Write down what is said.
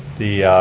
the